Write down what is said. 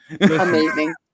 amazing